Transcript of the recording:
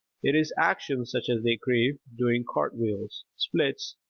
it is action such as they crave, doing cartwheels, splits,